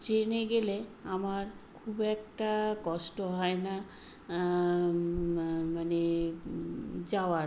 ট্রেনে গেলে আমার খুব একটা কষ্ট হয় না মানে যাওয়ার